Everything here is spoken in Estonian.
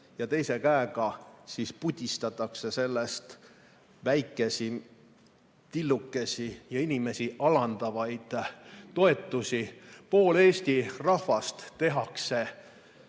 teise käega pudistatakse sellest väikesi, tillukesi ja inimesi alandavaid toetusi. Pool Eesti rahvast tehakse